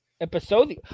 Episode